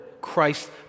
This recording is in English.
Christ